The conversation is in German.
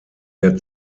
der